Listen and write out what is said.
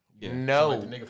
no